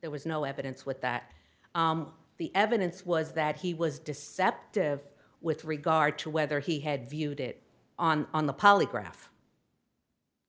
there was no evidence with that the evidence was that he was deceptive with regard to whether he had viewed it on on the polygraph